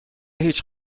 هیچ